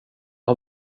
har